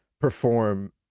perform